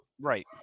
Right